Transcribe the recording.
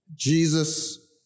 Jesus